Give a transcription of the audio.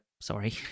sorry